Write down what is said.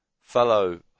fellow